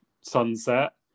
sunset